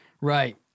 Right